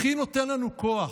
הכי נותן לנו כוח,